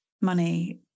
money